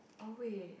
oh wait